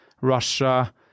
Russia